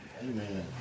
Amen